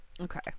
Okay